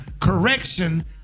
correction